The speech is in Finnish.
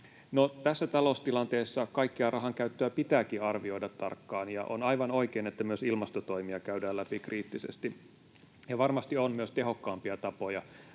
tässä taloustilanteessa kaikkea rahankäyttöä pitääkin arvioida tarkkaan, ja on aivan oikein, että myös ilmastotoimia käydään läpi kriittisesti. Ja varmasti on myös tehokkaampia tapoja